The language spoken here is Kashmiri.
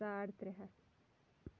ساڑ ترٛےٚ ہَتھ